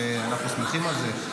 ואנחנו שמחים על זה.